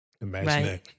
Imagine